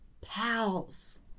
pals